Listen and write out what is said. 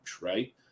right